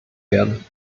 werden